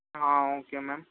okay ma'am